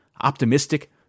optimistic